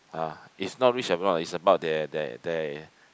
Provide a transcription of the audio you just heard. ah it's not rich or not it's about their their their